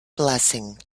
blessing